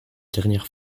dernière